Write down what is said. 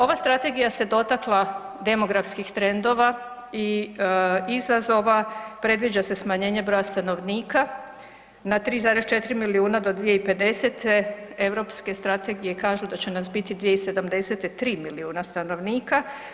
Ova strategija se dotakla demografskih trendova i izazova, predviđa se smanjenje broja stanovnika na 3,4 milijuna do 2050., europske strategije kažu da će nas biti 2070. 3 milijuna stanovnika.